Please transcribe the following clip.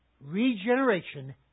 Regeneration